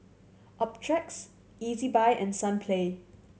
Optrex Ezbuy and Sunplay